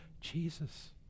Jesus